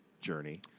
journey